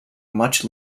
much